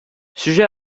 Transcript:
sujet